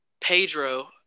Pedro